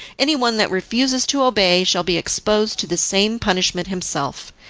anyone that refuses to obey shall be exposed to the same punishment himself.